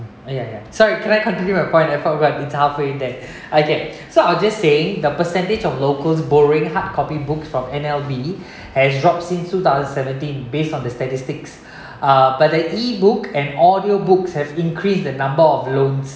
ya ya sorry can I continue my point I forgot it's half way there okay so I were just saying the percentage of locals boring hard copy booked from N_L_B has dropped since two thousand seventeen based on the statistics but they e book and audio books have increased the number of loans